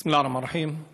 בסם אללה א-רחמאן א-רחים.